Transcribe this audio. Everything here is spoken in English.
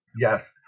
yes